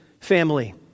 family